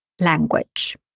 language